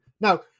Now